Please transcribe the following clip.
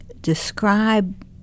describe